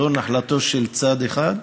לא נחלתו של צד אחד.